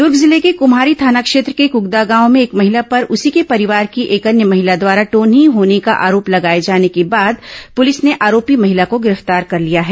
दर्ग जिले के कम्हारी थाना क्षेत्र के कगदा गांव में एक महिला पर उसी के परिवार की एक अन्य महिला द्वारा टोनही होने का आरोप लगाए जाने के बाद पुलिस ने आरोपी महिला को गिरफ्तार कर लिया है